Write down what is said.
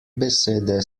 besede